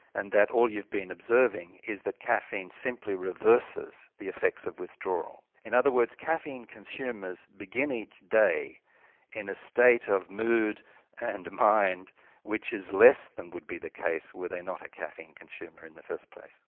and that all you've been observing is that caffeine simply reverses the effects of withdrawal. in other words, caffeine consumers begin each day in a state of mood and mind which is less than would be the case were they not a caffeine consumer in the first place.